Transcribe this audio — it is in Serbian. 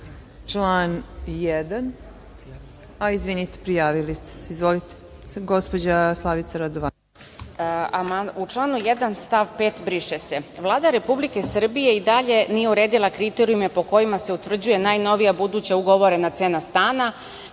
U članu 1. stav 5. briše se. Vlada Republike Srbije i dalje nije uredila kriterijume po kojima se utvrđuje najnovija buduća ugovorena cena stana,